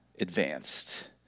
advanced